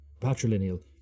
patrilineal